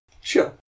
Sure